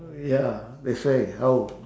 ya that's why how